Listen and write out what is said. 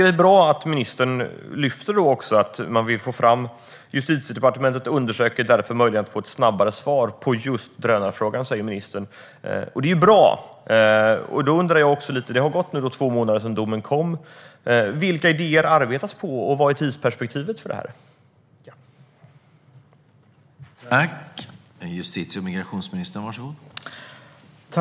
Det är bra att ministern lyfter fram att Justitiedepartementet undersöker möjligheten att få ett snabbare svar på just drönarfrågan. Det är bra. Det har nu gått två månader sedan domen kom. Vilka idéer arbetar man på, och vad är tidsperspektivet för det arbetet?